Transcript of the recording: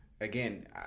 again